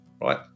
right